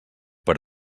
per